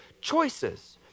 choices